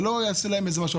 זה לא יעשה להם משהו,